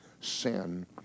sin